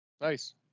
Nice